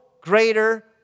greater